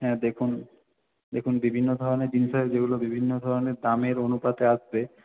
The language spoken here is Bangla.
হ্যাঁ দেখুন দেখুন বিভিন্ন ধরনের জিনিস আছে যেগুলো বিভিন্ন ধরনের দামের অনুপাতে আসবে